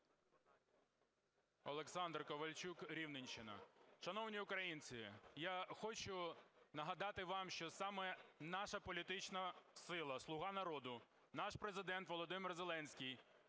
Олександр Ковальчук, Рівненщина.